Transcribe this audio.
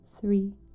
three